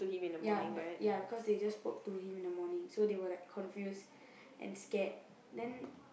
ya but ya because they just spoke to him in the morning so they were like confused and scared